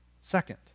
second